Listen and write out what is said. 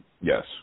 Yes